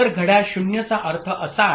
तर घड्याळ 0 चा अर्थ असा आहे